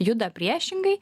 juda priešingai